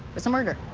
there's a murder.